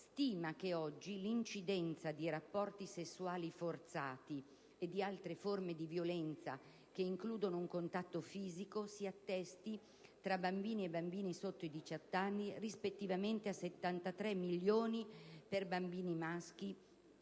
stima che oggi l'incidenza di rapporti sessuali forzati e di altre forme di violenza che includono un contatto fisico si attesti, tra bambini e bambine sotto i 18 anni, rispettivamente a 73 milioni di casi per i bambini maschi